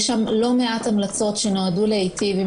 כי יש שם לא מעט המלצות שנועדו להיטיב עם